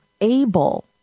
able